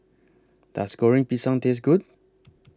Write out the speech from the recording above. Does Goreng Pisang Taste Good